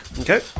Okay